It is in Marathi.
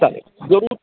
चालेल जरूर